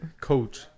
Coach